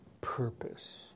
purpose